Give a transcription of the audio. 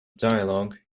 dialogue